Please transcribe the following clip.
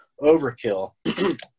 overkill